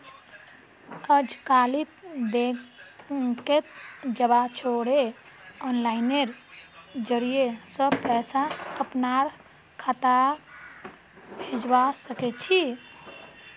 अजकालित बैंकत जबा छोरे आनलाइनेर जरिय स पैसा अपनार खातात भेजवा सके छी